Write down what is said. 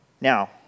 Now